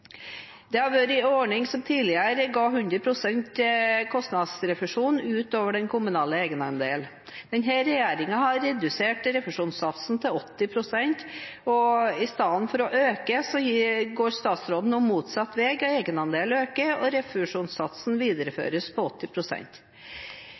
Det har tidligere vært en ordning som ga hundre prosent kostnadsrefusjon utover den kommunale egenandelen. Denne regjeringen har redusert refusjonssatsen til 80 pst., og istedenfor å øke går statsråden nå motsatt vei: Egenandelen øker og refusjonssatsen videreføres på